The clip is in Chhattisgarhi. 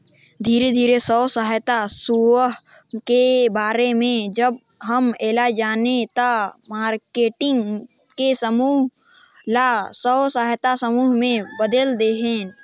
धीरे धीरे स्व सहायता समुह के बारे में जब हम ऐला जानेन त मारकेटिंग के समूह ल स्व सहायता समूह में बदेल देहेन